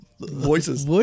voices